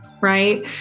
right